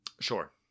Sure